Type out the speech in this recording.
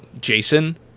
jason